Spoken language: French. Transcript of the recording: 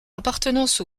appartenance